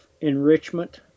enrichment